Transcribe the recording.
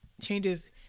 changes